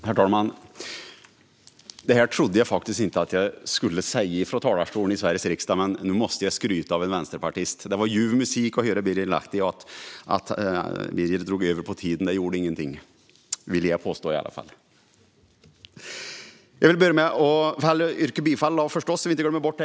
Herr talman! Det här trodde jag faktiskt inte att jag skulle säga från talarstolen i Sveriges riksdag, men nu måste jag skryta över en vänsterpartist. Det var ljuv musik att höra Birger Lahti, och att han drog över sin talartid gjorde ingenting vill åtminstone jag påstå.